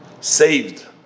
saved